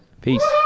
Peace